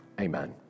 Amen